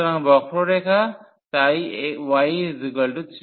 সুতরাং বক্ররেখা তাই y3x